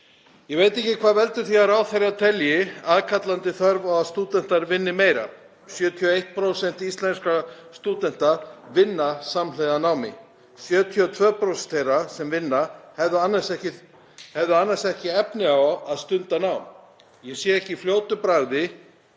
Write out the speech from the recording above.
Ég veit ekki hvað veldur því að ráðherra telur aðkallandi þörf á að stúdentar vinni meira. 71% íslenskra stúdenta vinna samhliða námi, 72% þeirra sem vinna hefðu annars ekki efni á að stunda nám. Ég sé ekki í fljótu bragði